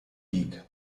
peak